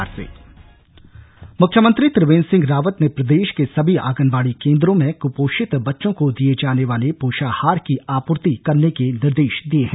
बैठक मुख्यमंत्री त्रिवेन्द्र सिंह रावत ने प्रदेश के सभी आंगनबाड़ी केंद्रों में कुपोषित बच्चों को दिए जाने वाले पोषाहार की आपूर्ति करने के निर्देश दिए हैं